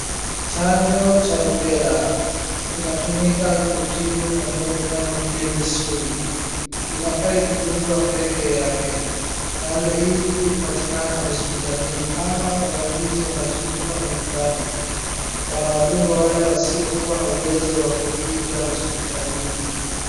Chanjo ya rubela inatumika kutibu magonjwa kama vile misuli, inafaa kudungwa peke yake. Chanjo hii hupatikana hospitalini ama wauguzi wanazunguka manyumbani, wanawadunga wale wasiokuwa na uwezo wa kukuja hospitalini.